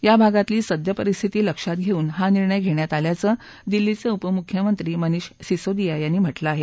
या भागातली सद्य परिस्थती लक्षात घेऊन हा निर्णय घेण्यात आल्याचं दिल्लीचे उपमुख्यमंत्री मनीष सिसोदिया यांनी म्हटलं आहे